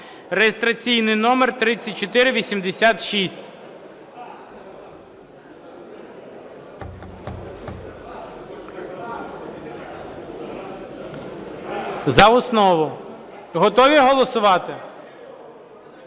(реєстраційний номер 3486) за основу. Готові голосувати?